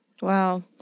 Wow